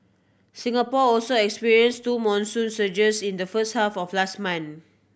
Singapore also experience two monsoon surges in the first half of last month